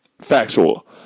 Factual